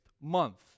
month